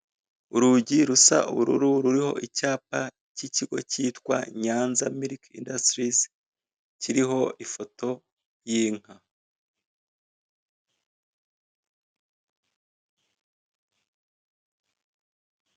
Urugi rusa ubururu ruriho icyapa cy'ikigo cyitwa Nyanza miriki indusitiri kiriho ifoto y'inka.